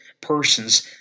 persons